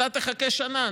אתה תחכה שנה,